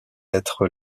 être